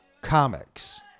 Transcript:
comics